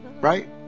Right